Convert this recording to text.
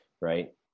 right